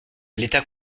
l’état